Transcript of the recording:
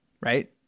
Right